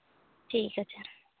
ᱴᱷᱤᱠ ᱟᱪᱷᱮ